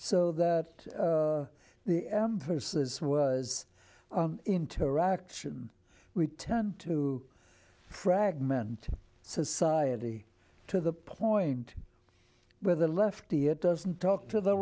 so that the emphasis was interaction we tend to fragment society to the point where the lefty it doesn't talk to the